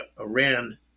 Iran